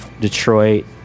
Detroit